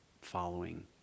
following